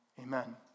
amen